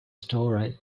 story